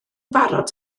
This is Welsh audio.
barod